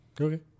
okay